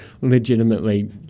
legitimately